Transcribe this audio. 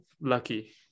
lucky